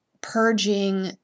purging